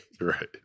Right